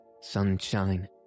sunshine